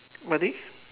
what thing